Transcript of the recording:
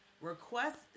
request